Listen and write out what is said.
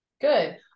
Good